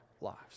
lives